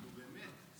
באמת.